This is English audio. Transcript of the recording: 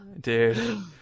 dude